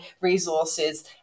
resources